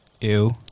Ew